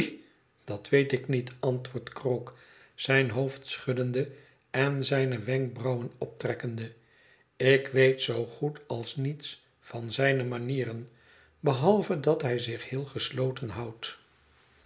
dat weet ik niet antwoordt krook zijn hoofd schuddende en zijne wenkbrauwen optrekkende ik weet zoo goed als niets van zijne manieren behalve dat hij sichheel gesloten houdt